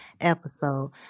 episode